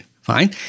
fine